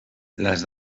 les